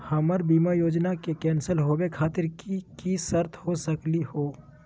हमर बीमा योजना के कैन्सल होवे खातिर कि कि शर्त हो सकली हो?